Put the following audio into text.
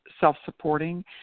self-supporting